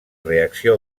reacció